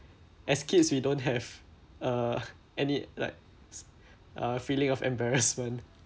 as kids we don't have uh any like uh feeling of embarrassment